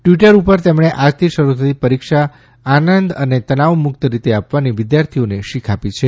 Twitter ઉપર તેમણે આજ થી શરૂ થતી પરીક્ષા આંનદ ને તણાવ મુક્ત રીતે આપવાની વિદ્યાર્થીઓને શીખ આપી છે